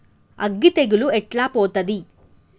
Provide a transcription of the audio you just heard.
అగ్గి తెగులు ఎట్లా పోతది?